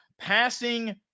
passing